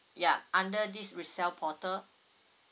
ya under this resale portal